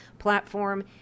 platform